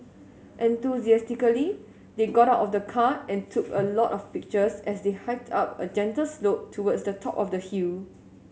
enthusiastically they got out of the car and took a lot of pictures as they hiked up a gentle slope towards the top of the hill